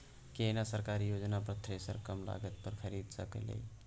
केना सरकारी योजना पर थ्रेसर कम लागत पर खरीद सकलिए?